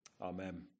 Amen